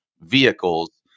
vehicles